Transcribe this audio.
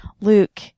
Luke